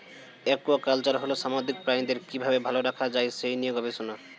aquaculture হল সামুদ্রিক প্রাণীদের কি ভাবে ভালো রাখা যায় সেই নিয়ে গবেষণা